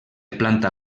planta